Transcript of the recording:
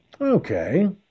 Okay